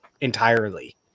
entirely